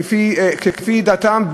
כפי דתם,